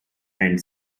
and